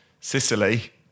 sicily